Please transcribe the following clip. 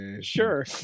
sure